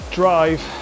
drive